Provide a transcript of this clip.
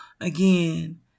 again